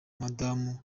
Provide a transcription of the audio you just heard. madamu